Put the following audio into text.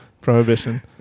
prohibition